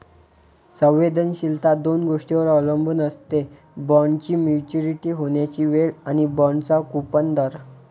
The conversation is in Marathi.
संवेदनशीलता दोन गोष्टींवर अवलंबून असते, बॉण्डची मॅच्युरिटी होण्याची वेळ आणि बाँडचा कूपन दर